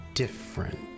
Different